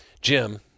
Jim